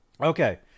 Okay